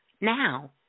now